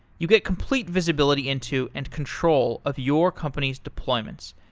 you get complete visibility into and control of your company's deployments.